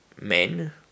men